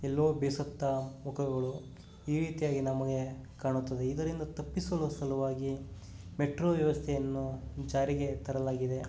ಎಲ್ಲೋ ಬೇಸತ್ತ ಮುಖಗಳು ಈ ರೀತಿಯಾಗಿ ನಮಗೆ ಕಾಣುತ್ತದೆ ಇದರಿಂದ ತಪ್ಪಿಸಲು ಸಲುವಾಗಿ ಮೆಟ್ರೋ ವ್ಯವಸ್ಥೆಯನ್ನು ಜಾರಿಗೆ ತರಲಾಗಿದೆ